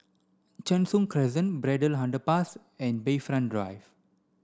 Cheng Soon Crescent Braddell Underpass and Bayfront Drive